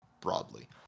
broadly